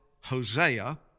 Hosea